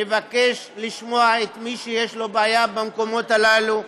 נבקש לשמוע את מי שיש לו בעיה במקומות הללו.